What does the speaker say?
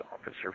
officer